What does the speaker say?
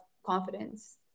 confidence